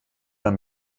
man